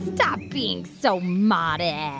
stop being so modest